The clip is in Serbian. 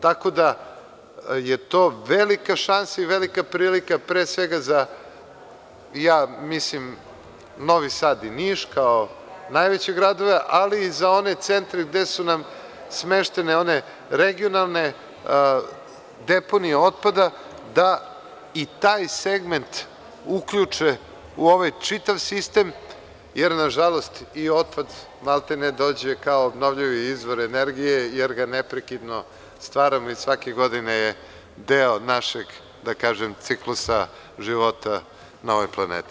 Tako da, to je velika šansa i velika prilika pre svega za, ja mislim, Novi Sad i Niš, kao najveće gradove, ali i za one centre gde su nam smeštene one regionalne deponije otpada, da i taj segment uključe u ovaj čitav sistem, jer nažalost, i otpad maltene dođe kao obnovljivi izvor energije jer ga neprekidno stvaramo i svake godine je deo našeg ciklusa života na ovoj planeti.